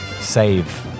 save